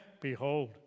behold